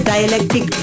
Dialectic